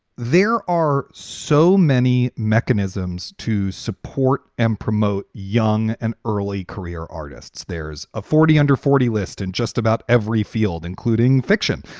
there are so many mechanisms to support and promote young and early career artists. there's a forty under forty list and just about every field, including fiction,